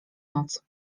noc